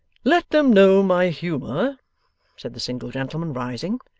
let them know my humour said the single gentleman, rising.